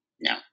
No